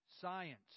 science